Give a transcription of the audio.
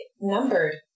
numbered